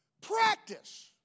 Practice